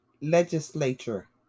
legislature